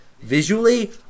visually